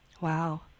wow